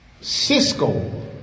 Cisco